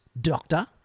doctor